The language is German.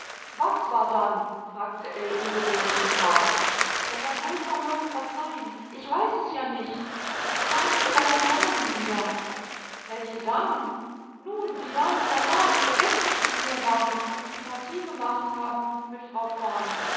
was war dann fragte ell ungeduldig und hart der herr kultor mögen verzeihen ich weiß es ja nicht es kamen die beiden damen wieder welche damen nun die damen vom mars die gestern schon hier waren und die partie gemacht haben mit frau